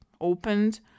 opened